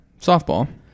softball